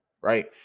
right